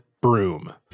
broom